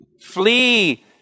Flee